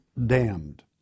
damned